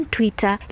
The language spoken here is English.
Twitter